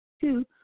two